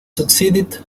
succeeded